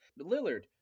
Lillard